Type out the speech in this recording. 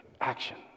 Action